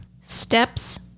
Steps